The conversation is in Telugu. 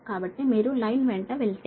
కాబట్టి మీరు లైన్ వెంట వెళ్తే